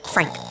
Frank